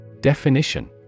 Definition